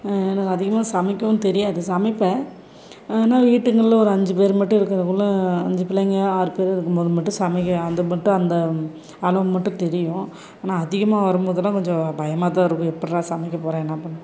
எனக்கு அதிகமாக சமைக்கவும் தெரியாது சமைப்பேன் ஆனால் வீட்டுங்களில் ஒரு அஞ்சு பேர் மட்டும் இருக்கக்குள்ளே அஞ்சு பிள்ளைங்க ஆறு பேர் இருக்கும் போது மட்டும் சமைக்க அது மட்டும் அந்த அளவு மட்டும் தெரியும் ஆனால் அதிகமாக வரும்போதெல்லாம் கொஞ்சம் பயமாக தான் இருக்கும் எப்பிட்ரா சமைக்க போகிறேன் என்ன பண்ண